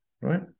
right